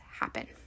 happen